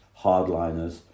hardliners